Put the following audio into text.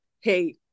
hey